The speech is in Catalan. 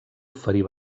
oferir